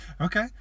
Okay